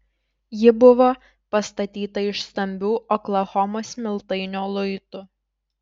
ji buvo pastatyta iš stambių oklahomos smiltainio luitų